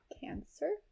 Cancer